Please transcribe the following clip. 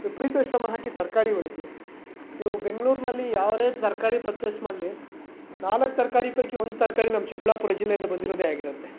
ವಿಪರೀತ ಶ್ರಮ ಹಾಕಿ ತರಕಾರಿ ಬೆಳಿತೀವಿ ನೀವು ಬೆಂಗ್ಳೂರಿನಲ್ಲಿ ಯಾವುದೇ ತರಕಾರಿ ಪರ್ಚೆಸ್ ಮಾಡಲಿ ನಾಲ್ಕು ತರಕಾರಿ ಪೈಕಿ ಒಂದು ತರಕಾರಿ ನಮ್ಮ ಚಿಕ್ಕಬಳ್ಳಾಪುರ ಜಿಲ್ಲೆಯಿಂದ ಬಂದಿರೋದೆ ಆಗಿರುತ್ತೆ